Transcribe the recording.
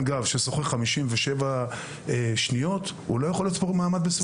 גב ששוחה 57 שניות יוגדר כספורטאי פעיל.